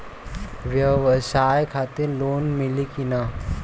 ब्यवसाय खातिर लोन मिली कि ना?